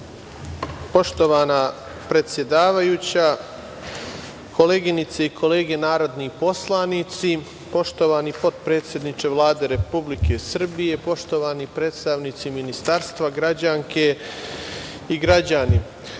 Poštovana predsedavajuća, koleginice i kolege narodni poslanici, poštovani potpredsedniče Vlade Republike Srbije, poštovani predstavnici Ministarstva, građanke i građani,